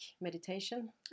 meditation